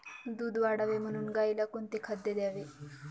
दूध वाढावे म्हणून गाईला कोणते खाद्य द्यावे?